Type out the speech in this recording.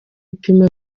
ipima